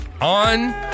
on